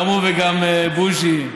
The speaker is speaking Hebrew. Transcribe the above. גם הוא וגם בוז'י.